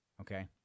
Okay